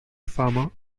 farmer